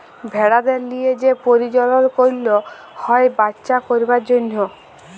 ভেড়াদের লিয়ে যে পরজলল করল হ্যয় বাচ্চা করবার জনহ